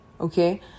Okay